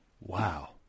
Wow